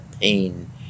pain